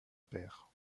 père